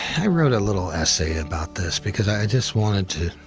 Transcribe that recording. i wrote a little essay about this because i just wanted to